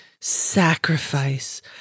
sacrifice